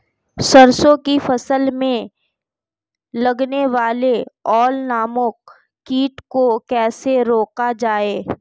सरसों की फसल में लगने वाले अल नामक कीट को कैसे रोका जाए?